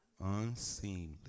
unseemly